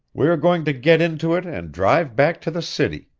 we are going to get into it and drive back to the city.